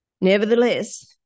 nevertheless